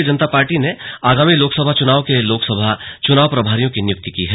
भारतीय जनता पार्टी ने आगामी लोकसभा चुनाव के लिए लोकसभा चुनाव प्रभारियों की नियुक्ति की है